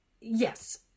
Yes